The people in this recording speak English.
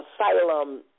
Asylum